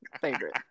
favorite